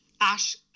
Ash